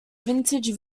vintage